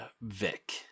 Vic